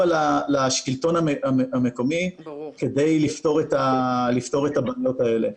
לשלטון המקומי כדי לפתור את הבעיות האלה.